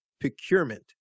procurement